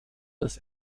des